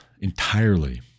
entirely